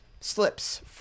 Slips